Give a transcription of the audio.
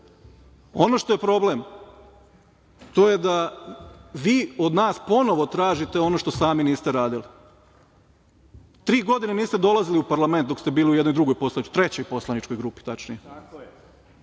što je problem, to je da vi od nas ponovo tražite ono što sami niste radili. Tri godine niste dolazili u parlament dok ste bili u jednoj drugoj poslaničkoj, trećoj poslaničkoj grupi, tačnije,